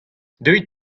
deuit